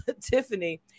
Tiffany